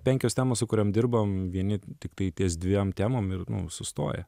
penkios temos su kuriom dirbam vieni tiktai ties dviem temom ir nu sustoja